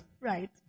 Right